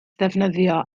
ddefnyddio